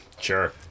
Sure